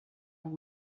will